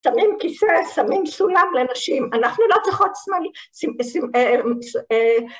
שמים כיסא, שמים סולם לנשים, אנחנו לא צריכות סמלי...